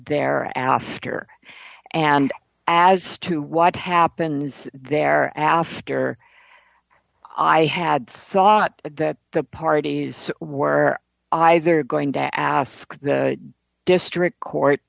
there after and as to what happens there after i had thought that the parties were either going to ask the district court